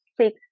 six